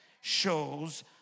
shows